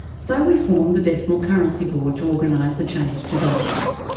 so we formed the decimal currency board to organise the change to dollars.